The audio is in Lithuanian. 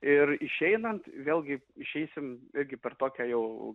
ir išeinant vėlgi išeisim irgi per tokią jau